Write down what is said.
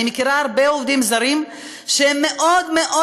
אני מכירה הרבה עובדים זרים שמאוד מאוד